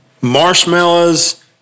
marshmallows